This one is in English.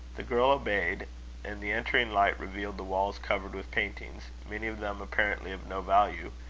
the girl obeyed and the entering light revealed the walls covered with paintings, many of them apparently of no value,